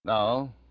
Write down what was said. Now